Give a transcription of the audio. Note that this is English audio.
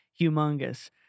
humongous